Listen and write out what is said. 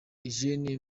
eugene